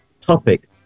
topic